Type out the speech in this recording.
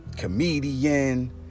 comedian